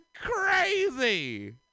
crazy